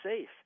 safe